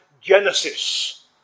Genesis